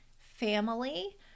family